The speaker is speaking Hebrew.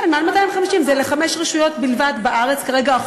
כן, מעל 250, זה לחמש רשויות בארץ בלבד, כרגע.